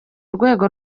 rwego